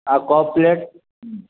ଆଉ cup plate